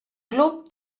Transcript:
club